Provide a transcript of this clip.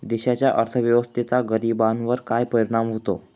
देशाच्या अर्थव्यवस्थेचा गरीबांवर काय परिणाम होतो